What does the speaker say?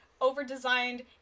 over-designed